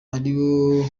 ariwo